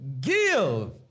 Give